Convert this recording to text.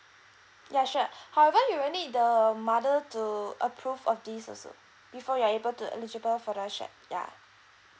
ya sure however you will need the mother to approve of this also before you're able to eligible for the shared ya